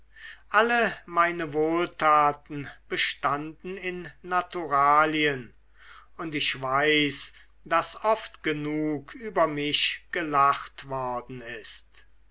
alle meine wohltaten bestanden in naturalien und ich weiß daß oft genug über mich gelacht worden ist